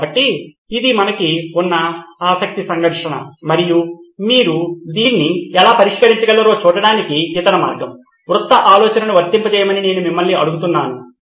కాబట్టి ఇది మనకు ఉన్న ఆసక్తి సంఘర్షణ మరియు మీరు దీన్ని ఎలా పరిష్కరించగలరో చూడటానికి ఇతర మార్గం వృత్త ఆలోచనను వర్తింపజేయమని నేను మిమ్మల్ని అడుగుతున్నాను